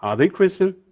are they christian?